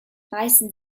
reißen